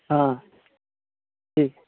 हाँ ठीक